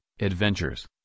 adventures